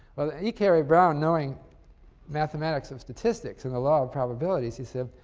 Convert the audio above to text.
well, e. cary brown, knowing mathematics of statistics and the law of probabilities, he said,